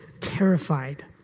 terrified